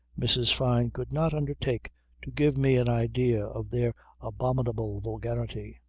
mrs. fyne could not undertake to give me an idea of their abominable vulgarity.